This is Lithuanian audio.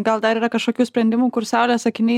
gal dar yra kažkokių sprendimų kur saulės akiniai